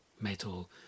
metal